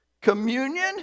communion